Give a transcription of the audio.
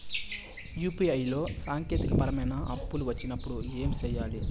UPI లో సాంకేతికపరమైన పరమైన తప్పులు వచ్చినప్పుడు ఏమి సేయాలి